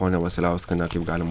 ponia vasiliauskiene kaip galima